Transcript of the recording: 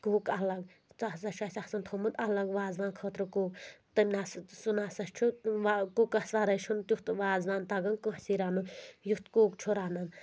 cook الگ سُہ سا چھُ اَسہِ آسان تھومُت الگ وازوان خٲطرٕ کُک تٔمۍ نَسا سُہ نسا چھُ کُکَس وَرٲے چھُنہٕ تیُتھ وازوان تَگان کٲنٛسے رَنُن یُتھ کُک چھُ رَنان